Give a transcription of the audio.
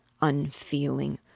Unfeeling